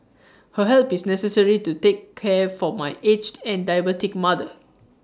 her help is necessary to take care for my aged and diabetic mother